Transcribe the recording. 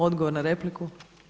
Odgovor na repliku.